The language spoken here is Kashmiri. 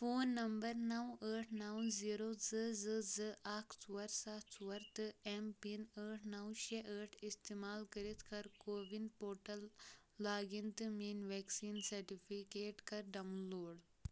فون نمبر نَو ٲٹھ نَو زیٖرو زٕ زٕ زٕ اَکھ ژور سَتھ ژور تہٕ ایم پِن ٲٹھ نَو شےٚ ٲٹھ استعمال کٔرِتھ کر کووِن پورٹل لاگ اِن تہٕ میٲنۍ ویکسیٖن سرٹِفیکیٹ کر ڈاؤن لوڈ